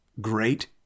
great